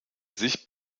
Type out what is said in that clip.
sich